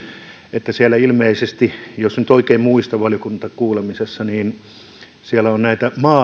että ilmeisesti jos nyt oikein muistan valiokuntakuulemisesta nämä